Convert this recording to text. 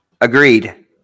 Agreed